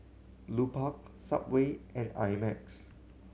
Lupark Subway and I Max